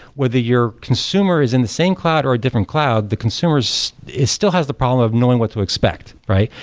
whether your consumer is in the same cloud, or a different cloud, the consumer so still has the problem of knowing what to expect, right?